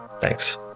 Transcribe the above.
Thanks